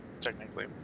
technically